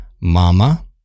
Mama